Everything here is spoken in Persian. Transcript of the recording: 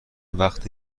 وقت